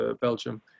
belgium